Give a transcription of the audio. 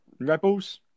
Rebels